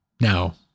Now